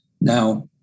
Now